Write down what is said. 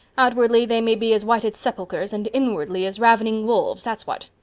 outwardly they may be as whited sepulchers and inwardly as ravening wolves, that's what.